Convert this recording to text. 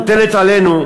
מוטלת עלינו,